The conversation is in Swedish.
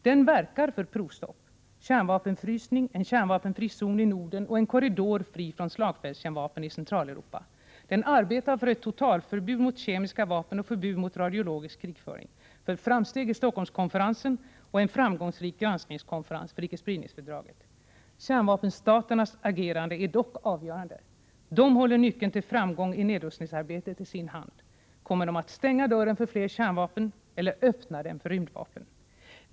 Den verkar för provstopp, kärnvapenfrysning, en kärnvapenfri zon i Norden och en korridor fri från slagfältskärnvapen i Centraleuropa. Den arbetar för ett totalförbud mot kemiska vapen och förbud mot radiologisk krigföring, för framsteg i Stockholmskonferensen och en framgångsrik granskningskonferens för icke-spridningsfördraget. Kärnvapenstaternas agerande är dock avgörande. De håller nyckeln till framgång i nedrustningsarbetet i sin hand. Kommer de att stänga dörren för fler kärnvapen eller öppna den för rymdvapen?